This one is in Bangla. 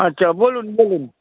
আচ্ছা বলুন বলুন